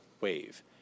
wave